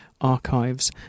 archives